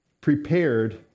prepared